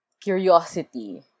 curiosity